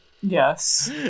yes